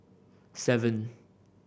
seven